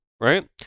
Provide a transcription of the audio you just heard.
right